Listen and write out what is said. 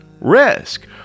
risk